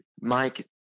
Mike